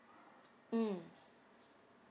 mm